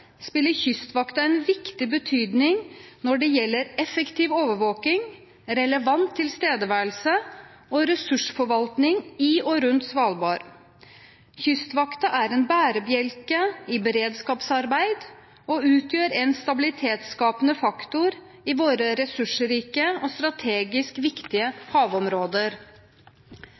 Kystvakta en viktig betydning når det gjelder effektiv overvåking, relevant tilstedeværelse og ressursforvaltning i og rundt Svalbard. Kystvakta er en bærebjelke i beredskapsarbeid og utgjør en stabilitetsskapende faktor i våre ressursrike og strategisk viktige